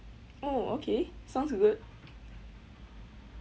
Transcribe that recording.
oh okay sounds good